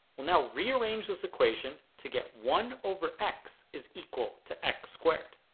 we'll now rearrange this equation to get one over x is equal to x squared